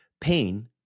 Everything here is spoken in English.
Pain